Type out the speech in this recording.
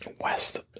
West